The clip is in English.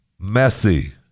Messy